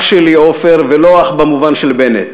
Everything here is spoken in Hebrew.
אח שלי עפר, ולא אח במובן של בנט,